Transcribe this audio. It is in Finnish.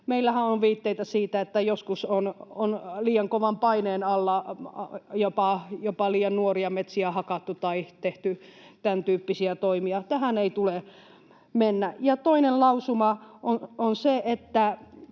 Meillähän on viitteitä siitä, että joskus on liian kovan paineen alla jopa liian nuoria metsiä hakattu tai tehty tämäntyyppisiä toimia, ja tähän ei tule mennä. Toinen lausuma on se, että